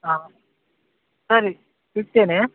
ಹಾಂ ಸರಿ ಇಡ್ತೇನೆ